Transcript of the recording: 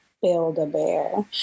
Build-A-Bear